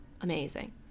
Amazing